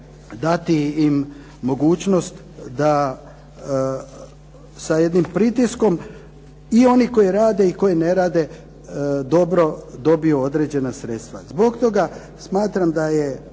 dati im mogućnost da sa jednim pritiskom i oni koji rade i koji ne rade dobro dobiju određena sredstva. Zbog toga smatram da je